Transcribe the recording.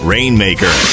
Rainmaker